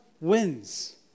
wins